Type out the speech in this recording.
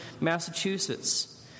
Massachusetts